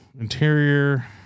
interior